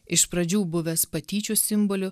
iš pradžių buvęs patyčių simboliu